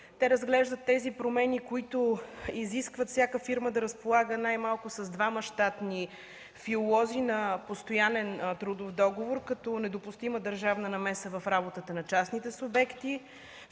Те разглеждат тези промени, които изискват всяка фирма да разполага най-малко с двама щатни филолози на постоянен трудов договор, като недопустима държавна намеса в работата на частните съвети.